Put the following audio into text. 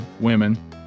women